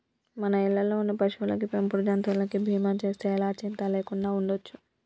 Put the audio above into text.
మన ఇళ్ళల్లో ఉండే పశువులకి, పెంపుడు జంతువులకి బీమా చేస్తే ఎలా చింతా లేకుండా ఉండచ్చు